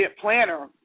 planner